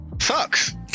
sucks